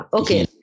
okay